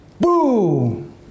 boom